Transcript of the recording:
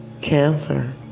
Cancer